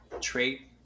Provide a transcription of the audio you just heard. trait